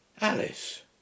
Alice